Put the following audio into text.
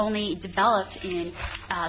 only developed in